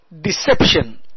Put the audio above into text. deception